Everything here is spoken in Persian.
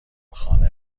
خانه